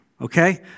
Okay